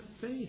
faith